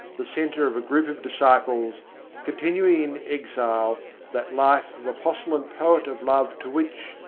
the centre of a group of disciples continuing in exile that life of apostle and poet of love to which,